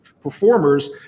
performers